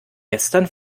gestern